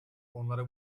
onlara